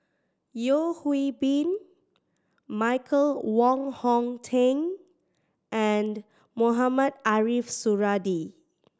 Yeo Hwee Bin Michael Wong Hong Teng and Mohamed Ariff Suradi